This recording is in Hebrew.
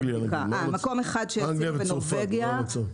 אנגליה וצרפת, מה המצב?